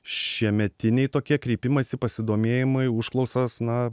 šiemetiniai tokie kreipimaisi pasidomėjimai užklausos na